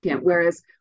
Whereas